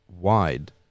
wide